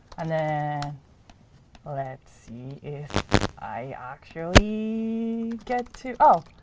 and then let's see if i actually get to oh,